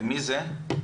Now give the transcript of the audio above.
מי זה?